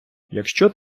якщо